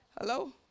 Hello